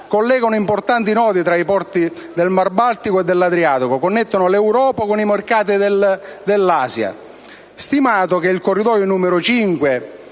collegano importanti nodi fra porti del mar Baltico e dell'Adriatico, connettono l'Europa con i mercati emergenti dell'Asia; stimato che il corridoio n. 5